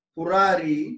Purari